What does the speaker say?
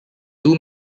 two